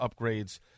upgrades